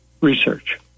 research